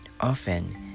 often